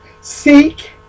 Seek